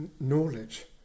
knowledge